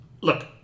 Look